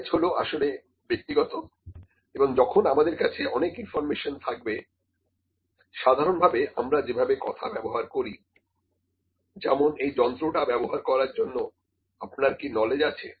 knowledge হলো আসলে ব্যক্তিগত এবং যখন আমাদের কাছে অনেক ইনফর্মেশন থাকবে সাধারণভাবে আমরা যেভাবে কথা ব্যবহার করি যেমন এই যন্ত্রটা ব্যবহার করার জন্য আপনার কি নলেজ আছে